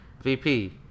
VP